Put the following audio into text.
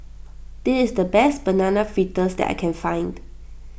this is the best Banana Fritters that I can find